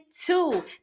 two